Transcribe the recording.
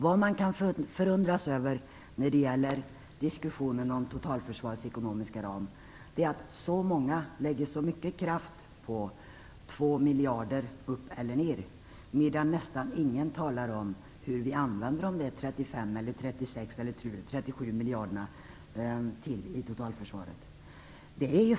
Vad man kan förundra sig över när det gäller diskussionen om totalförsvarets ekonomiska ram är att så många lägger så mycket kraft på frågan om 2 miljarder upp eller ner, medan nästan ingen talar om hur vi använder de 35 eller 37 miljarderna i totalförsvaret.